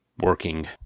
working